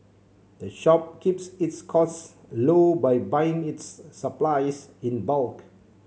the shop keeps its costs low by buying its supplies in bulk